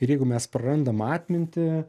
ir jeigu mes prarandam atmintį